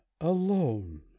alone